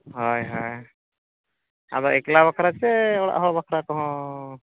ᱦᱳᱭ ᱦᱳᱭ ᱟᱫᱚ ᱮᱠᱞᱟ ᱵᱟᱠᱷᱨᱟ ᱪᱮ ᱚᱲᱟᱜ ᱦᱚᱲ ᱵᱟᱠᱷᱨᱟ ᱛᱮ ᱦᱚᱸ